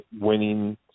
winning